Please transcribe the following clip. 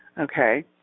okay